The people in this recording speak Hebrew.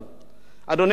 אדוני היושב-ראש,